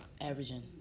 averaging